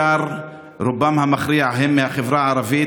ורובם המכריע הוא בעיקר מהחברה הערבית